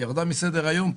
ירדה מסדר היום פה.